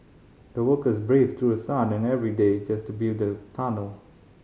the workers braved through the sun and every day just to build the tunnel